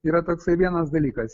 yra toksai vienas dalykas